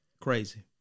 Crazy